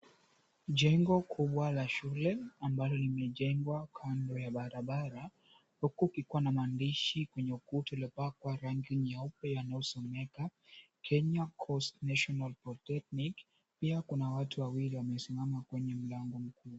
Jengo kubwa la shule ambalo lilijengwa kando ya barabara huku kukiwa na maandishi kwenye ukuta uliyopakwa rangi nyeupe unaosomeka, Kenya National Coast Polytechnic, pia kuna watu wawili wamesimama kwenye mlango mkuu.